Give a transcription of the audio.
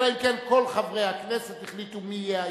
אלא אם כן כל חברי הכנסת החליטו מי יהיה האיש.